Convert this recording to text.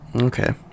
Okay